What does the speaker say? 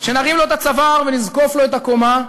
שנרים לו את הצוואר ונזקוף לו את הקומה,